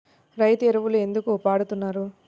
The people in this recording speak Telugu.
రైతు ఎరువులు ఎందుకు వాడుతున్నారు?